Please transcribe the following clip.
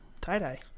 tie-dye